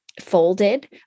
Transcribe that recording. folded